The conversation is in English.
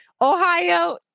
Ohio